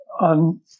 on